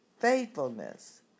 Faithfulness